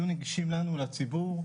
יהיו נגישים לנו לציבור,